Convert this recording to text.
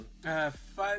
Five